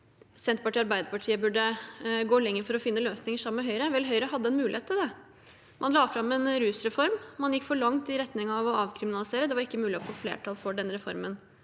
Senterpartiet og Arbeiderpartiet burde gå lenger for å finne løsninger sammen med Høyre. Vel, Høyre hadde en mulighet til det. Man la fram en rusreform, men man gikk for langt i retning av å avkriminalisere, så det var ikke mulig å få flertall for den reformen.